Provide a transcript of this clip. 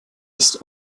ist